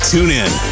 TuneIn